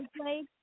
play